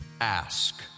ask